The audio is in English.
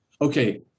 Okay